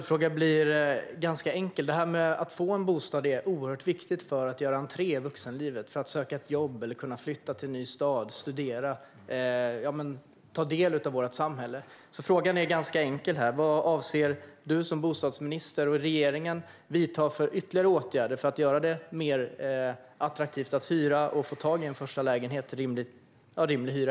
Fru talman! Detta med att få en bostad är oerhört viktigt för att kunna göra entré i vuxenlivet, för att man ska kunna söka ett jobb, flytta till ny stad, studera eller ta del av vårt samhälle. Frågan är ganska enkel: Vad avser du som bostadsminister och regeringen att vidta ytterligare åtgärder för att göra det mer attraktivt att hyra och lättare att få tag i en första lägenhet till rimlig hyra?